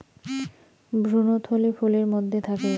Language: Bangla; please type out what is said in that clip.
ভ্রূণথলি ফুলের মধ্যে থাকে